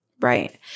right